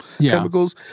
chemicals